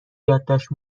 یادداشت